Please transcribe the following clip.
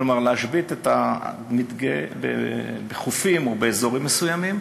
כלומר להשבית את המדגה בחופים או באזורים מסוימים,